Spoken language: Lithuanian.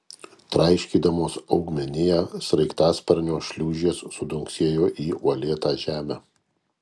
traiškydamos augmeniją sraigtasparnio šliūžės sudunksėjo į uolėtą žemę